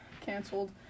canceled